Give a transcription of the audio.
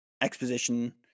exposition